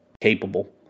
capable